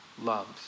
loves